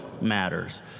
Matters